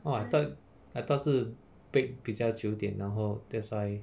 oh I thought I thought 是 baked 比较久一点然后 that's why